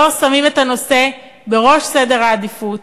לא שמים את הנושא בראש סדר העדיפות,